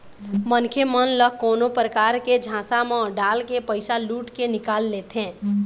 मनखे मन ल कोनो परकार ले झांसा म डालके पइसा लुट के निकाल लेथें